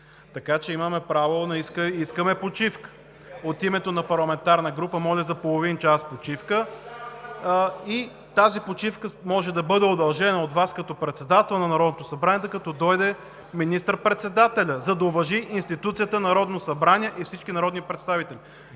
така че имаме право и искаме почивка. От името на парламентарна група моля за половин час почивка, която може да бъде удължена от Вас, като председател на Народното събрание, докато дойде министър-председателят, за да уважи институцията Народно събрание и всички народни представители,